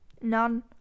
None